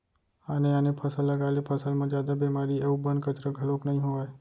आने आने फसल लगाए ले फसल म जादा बेमारी अउ बन, कचरा घलोक नइ होवय